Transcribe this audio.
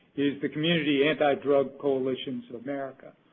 is the community anti-drug coalitions of america,